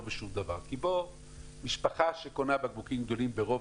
לא בשום דבר כי משפחה שקונה בקבוקים גדולים ברוב